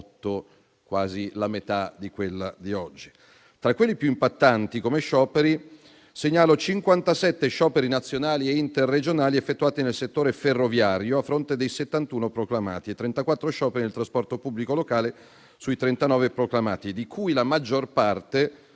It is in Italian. quasi la metà di quelli di oggi. Tra gli scioperi più impattanti, segnalo 57 scioperi nazionali e interregionali effettuati nel settore ferroviario, a fronte dei 71 proclamati, e 34 scioperi nel trasporto pubblico locale sui 39 proclamati, di cui la maggior parte